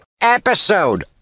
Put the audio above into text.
episode